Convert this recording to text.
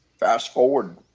fast forward,